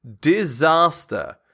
Disaster